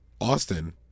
Austin